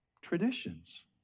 traditions